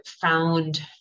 found